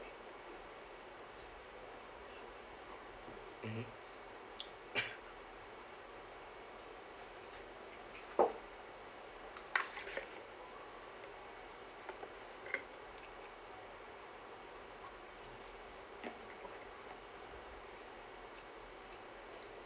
mmhmm